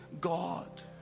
God